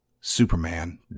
Superman